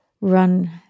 run